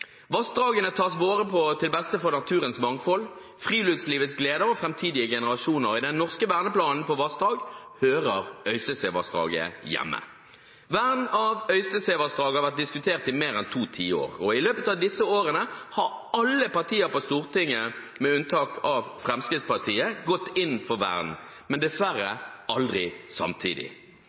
Vassdragene tas vare på til det beste for naturens mangfold, friluftslivets gleder og framtidige generasjoner. I den norske verneplanen for vassdrag hører Øystesevassdraget hjemme. Vern av Øystesevassdraget har vært diskutert i mer enn to tiår, og i løpet av disse årene har alle partier på Stortinget, med unntak av Fremskrittspartiet, gått inn for vern, men dessverre aldri samtidig.